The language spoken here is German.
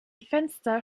fenster